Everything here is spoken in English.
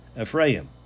Ephraim